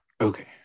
Okay